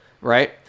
right